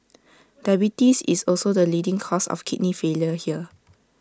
diabetes is also the leading cause of kidney failure here